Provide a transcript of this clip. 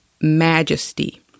majesty